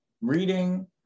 reading